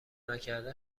نکرده